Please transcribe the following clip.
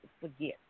forget